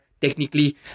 Technically